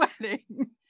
wedding